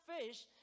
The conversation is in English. fish